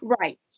Right